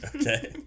Okay